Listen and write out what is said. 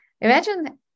imagine